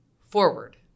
forward